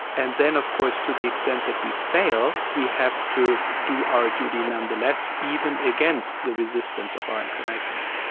and then of course to the extent that we fail, we have to do our duty nonetheless even against the resistance of our inclinations.